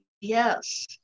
yes